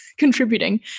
contributing